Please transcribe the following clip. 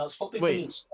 Wait